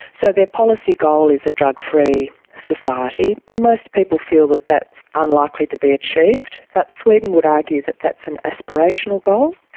so their policy goal is a drug-free society. most people feel that that's unlikely to be achieved, but sweden would argue that that's an aspirational goal.